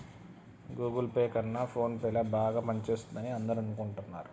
Google Pay కన్నా PhonePe ల బాగా పనిచేస్తుందని అందరూ అనుకుంటున్నారు